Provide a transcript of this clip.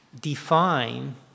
define